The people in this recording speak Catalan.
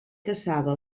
caçava